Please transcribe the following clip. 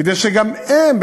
כדי שגם הן,